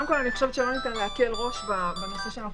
אני חושבת שלא ניתן להקל ראש בנושא שאנו